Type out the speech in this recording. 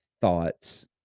thoughts